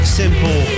simple